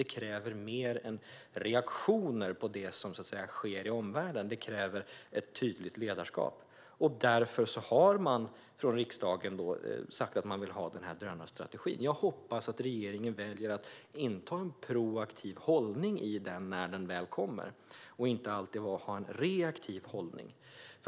Det kräver mer än reaktioner på det som sker i omvärlden. Det kräver ett tydligt ledarskap, och därför har man från riksdagen sagt att man vill ha den här drönarstrategin. Jag hoppas att regeringen väljer att inta en proaktiv hållning i den när den väl kommer och inte alltid har en reaktiv hållning.